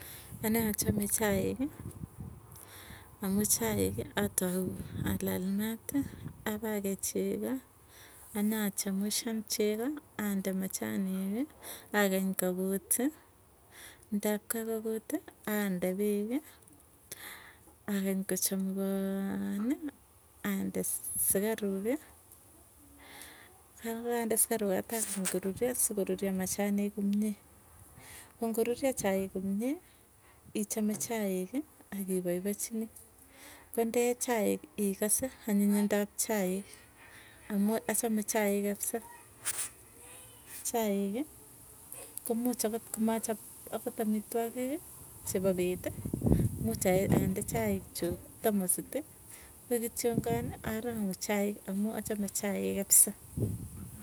Anee achame chaiki amuu chaikii, atau alal maati apakei chego anyachamushan chego, ande machenik akeny kakuti, ndap kakokuti ande peeki, akany kochamukany ande sugaruki, yakande sukaruk atakany koruryo, sukoruryo machanik komie. Ko ngoruryo chaik komie, ichame chaik akipaipachini kondee chaik ikase anyinyindap chaik, amuu achapu chaik kapsa chaik kumuuch akot komachop akot amitwokiki, chepo peeti, muuch ande chaik chuuk tamusiti koi kityongan arang'u chaik amuu achame chaik kapsaa.